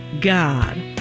God